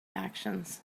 actions